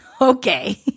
Okay